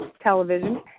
television